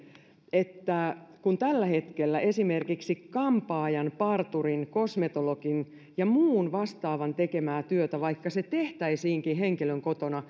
että kun tällä hetkellä esimerkiksi kampaajan parturin kosmetologin ja muun vastaavan tekemää työtä vaikka se tehtäisiinkin henkilön kotona